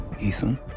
Ethan